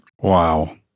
Wow